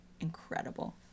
incredible